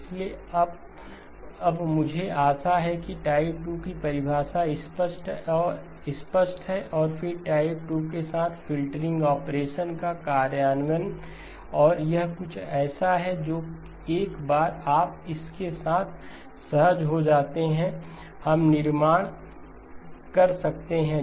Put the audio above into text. इसलिए अब मुझे आशा है कि टाइप 2 की परिभाषा स्पष्ट है और फिर टाइप 2 के साथ एक फ़िल्टरिंग ऑपरेशन का कार्यान्वयन और यह कुछ ऐसा है जो एक बार आप इस के साथ सहज हो जाते हैं तो हम निर्माण कर सकते हैं